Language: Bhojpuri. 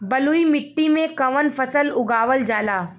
बलुई मिट्टी में कवन फसल उगावल जाला?